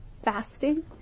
fasting